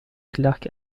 clark